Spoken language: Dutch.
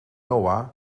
noah